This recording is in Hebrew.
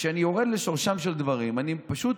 וכשאני יורד לשורשם של דברים אני פשוט